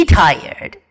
tired